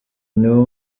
niwo